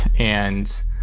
and